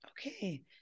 okay